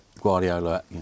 Guardiola